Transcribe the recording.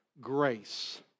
grace